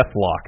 Deathlock